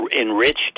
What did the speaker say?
Enriched